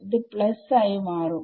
ഇത് പ്ലസ് ആയി മാറും